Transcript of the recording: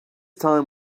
time